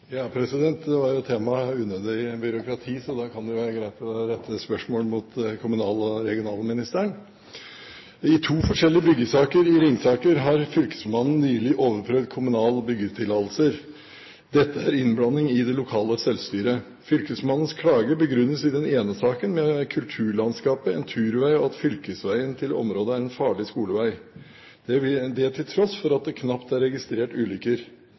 to forskjellige byggesaker i Ringsaker har fylkesmannen nylig overprøvd kommunale byggetillatelser. Dette er innblanding i det lokale selvstyre. Fylkesmannens klage begrunnes i den ene saken med kulturlandskapet, en turveg og at fylkesvegen til området er en farlig skoleveg – det til tross for at det knapt er registrert ulykker.